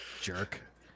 Jerk